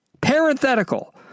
parenthetical